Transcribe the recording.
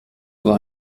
war